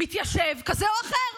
מתיישב כזה או אחר.